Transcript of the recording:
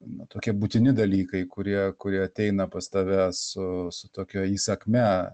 na tokie būtini dalykai kurie kurie ateina pas tave su su tokia įsakmia